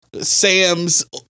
Sam's